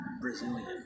Brazilian